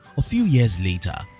a few years later,